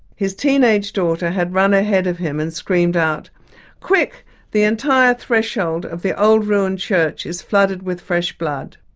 his teenage daughter had run ahead of him and screamed out quick the entire threshold of the old ruined church is flooded with fresh blood.